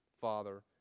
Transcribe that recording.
father